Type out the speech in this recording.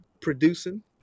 producing